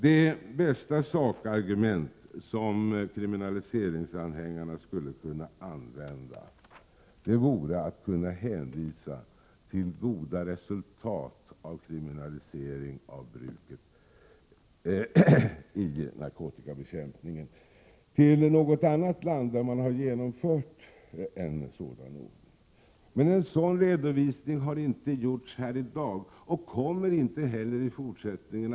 Det bästa sakargument som kriminaliseringsanhängarna skulle kunna använda vore att hänvisa till något annat land, där man har genomfört en ordning med kriminalisering av bruket av narkotika och har uppnått goda resultat av det i narkotikabekämpningen. En sådan redovisning har emellertid inte gjorts här i dag och kommer inte heller att göras i fortsättningen.